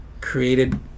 created